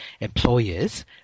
employers